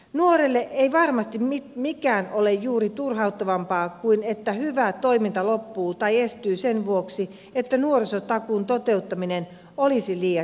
nuorelle ei varmasti juuri mikään ole turhauttavampaa kuin se että hyvä toiminta loppuu tai estyy sen vuoksi että nuorisotakuun toteuttaminen olisi liian jäykkää